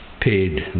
paid